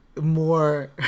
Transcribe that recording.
more